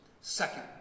Second